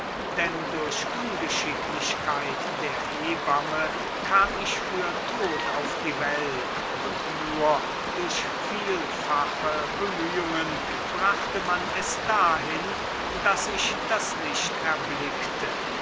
denn durch ungeschicklichkeit der hebamme kam ich für tot auf die welt und nur durch vielfache bemühungen brachte man es dahin daß ich das licht erblickte